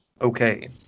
Okay